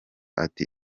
ati